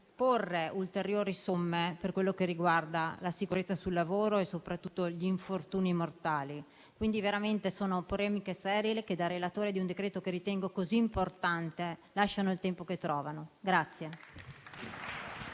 porre ulteriori somme per quello che riguarda la sicurezza sul lavoro e soprattutto gli infortuni mortali, quindi veramente sono polemiche sterili che da relatore di un decreto-legge che ritengo così importante lasciano il tempo che trovano.